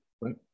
right